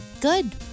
Good